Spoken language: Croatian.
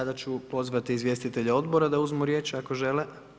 Sada ću pozvati izvjestitelje odbora da uzmu riječ ako žele.